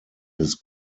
his